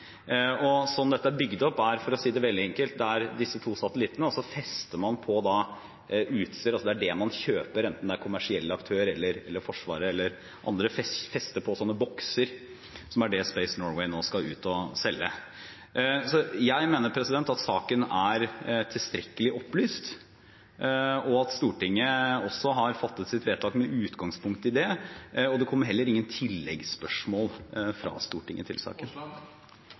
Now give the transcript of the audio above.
Og dette er bygd opp – for å si det veldig enkelt – slik: Det er to satellitter, og så fester man på utstyr – det er det man kjøper, enten det er kommersielle aktører, Forsvaret eller andre – man fester på bokser, som er det Space Norway nå skal ut og selge. Jeg mener at saken er tilstrekkelig opplyst, og at Stortinget også har fattet sitt vedtak med utgangspunkt i det, og det kom heller ingen tilleggsspørsmål fra Stortinget til